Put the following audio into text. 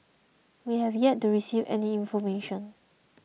we have yet to receive any information